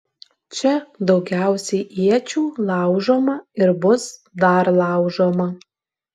čia daugiausiai iečių laužoma ir bus dar laužoma